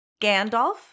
Gandalf